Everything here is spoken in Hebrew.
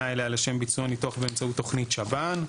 אליה לשם ביצוע ניתוח באמצעות תכנית שב"ן,